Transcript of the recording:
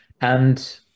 And-